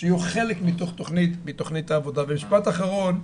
שיהיו חלק מתוכנית העבודה ומשפט אחרון.